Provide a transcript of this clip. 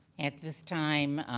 at this time,